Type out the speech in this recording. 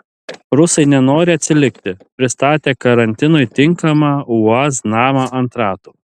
rusai nenori atsilikti pristatė karantinui tinkamą uaz namą ant ratų